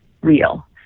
real